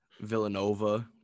Villanova